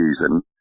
season